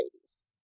ladies